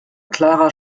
clara